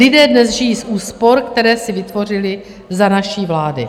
Lidé dnes žijí z úspor, které si vytvořili za naší vlády.